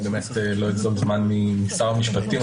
לא אגזול מזמן שר המשפטים.